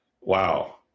wow